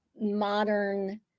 modern